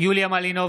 יוליה מלינובסקי,